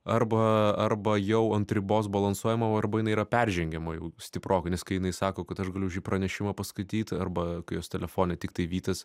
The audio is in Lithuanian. arba arba jau ant ribos balansuojama arba jinai yra peržengiama jau stiprokai nes kai jinai sako kad aš galiu šį pranešimą paskaityt arba kai jos telefone tiktai vytas